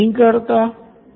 यह हो सकता है की वो बीमार हो